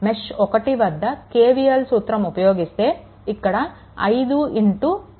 మెష్1 వద్ద KVL సూత్రం ఉపయోగిస్తే ఇక్కడ 5 I